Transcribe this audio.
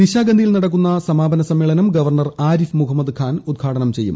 നിശാഗന്ധിയിൽ നടക്കുന്ന സമാപന സമ്മേളനം ഗവർണ്ണർ ആരിഫ് മുഹമ്മദ്ഖാൻ ഉദ്ഘാടനം ചെയ്യും